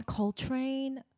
Coltrane